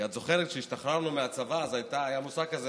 את זוכרת, כשהשתחררנו מהצבא היה מושג כזה